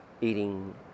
eating